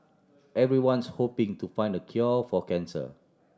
everyone's hoping to find the cure for cancer